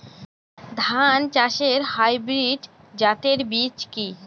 ধান চাষের হাইব্রিড জাতের বীজ কি?